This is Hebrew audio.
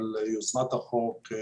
על יוזמת החוק.